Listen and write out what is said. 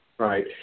Right